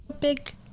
big